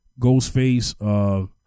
Ghostface